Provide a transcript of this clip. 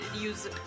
use